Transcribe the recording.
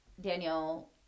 Daniel